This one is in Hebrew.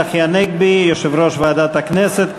תודה לחבר הכנסת צחי הנגבי, יושב-ראש ועדת הכנסת.